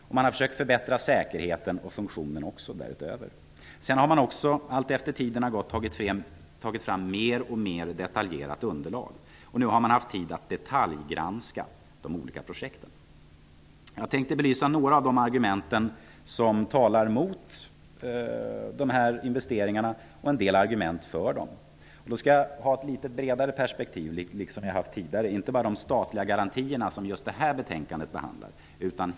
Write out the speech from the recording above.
Man har också försökt att förbättra säkerheten och funktionen därutöver. Allt efter tiden har gått har man tagit fram ett mer och mer detaljerat underlag, som man nu också haft tid att detaljgranska vad gäller de olika projekten. Jag tänker belysa några av de argument som talar mot föreslagna investeringar och några av dem som talar för. Jag tänker ha, liksom tidigare, ett litet bredare perspektiv, dvs. hela Storstockholmsöverenskommelsen, inte bara vad gäller de statliga garantierna som detta betänkande behandlar.